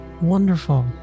wonderful